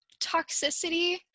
toxicity